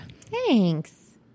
Thanks